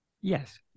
Yes